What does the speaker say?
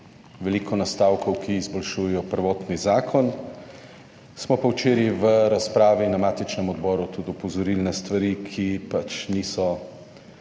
veliko nastavkov, ki izboljšujejo prvotni zakon. Smo pa včeraj v razpravi na matičnem odboru tudi opozorili na stvari, ki pač niso